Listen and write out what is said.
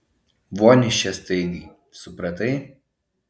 von iš čia staigiai supratai